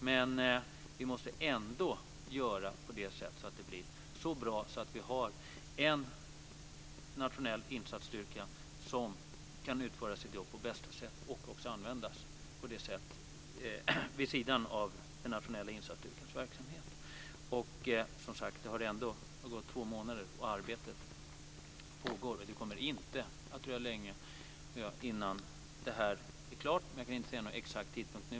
Men vi måste ändå göra det så att det blir så bra att vi har en nationell insatsstyrka som kan utföra sitt jobb på bästa sätt och som också kan användas vid sidan av den nationella insatsstyrkans verksamhet. Och, som sagt, det har gått två månader, och arbetet pågår. Det kommer inte att dröja länge innan det här är klart, men jag kan inte säga någon exakt tidpunkt nu.